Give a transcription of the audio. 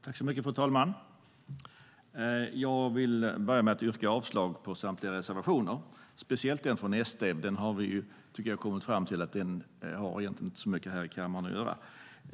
Fru talman! Jag börjar med att yrka avslag på samtliga reservationer, speciellt den från SD. Vi har kommit fram till att den inte har så mycket i kammaren att göra.